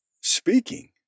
speaking